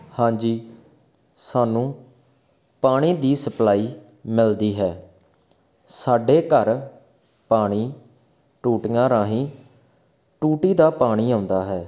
ਹਾਂਜੀ ਸਾਨੂੰ ਪਾਣੀ ਦੀ ਸਪਲਾਈ ਮਿਲਦੀ ਹੈ ਸਾਡੇ ਘਰ ਪਾਣੀ ਟੂਟੀਆਂ ਰਾਹੀਂ ਟੂਟੀ ਦਾ ਪਾਣੀ ਆਉਂਦਾ ਹੈ